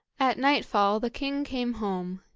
at nightfall the king came home,